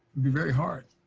be very hard,